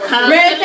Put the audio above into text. Red